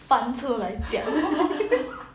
翻出来讲